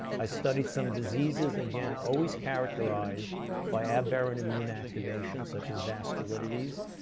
i studied some diseases again, always characterized by aberrant immune activation such as vasculitities,